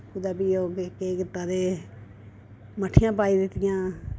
कुदै भी ओह् केह् कीता ते मट्ठियां पाई दित्तियां